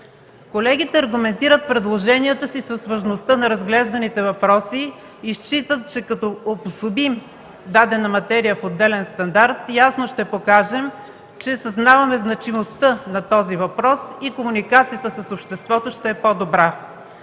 Колегите аргументират предложенията си с важността на разглежданите въпроси и считат, че като обособим дадена материя в отделен стандарт ясно ще покажем, че съзнаваме значимостта на този въпрос и комуникацията с обществото ще е по-добра.